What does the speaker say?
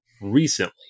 recently